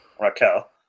Raquel